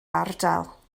ardal